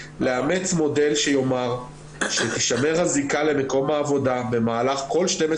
לאמץ מודל שיאמר שתישמר הזיקה למקום העבודה במהלך כל 12